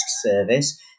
service